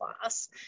class